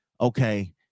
okay